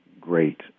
great